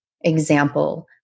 example